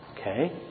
Okay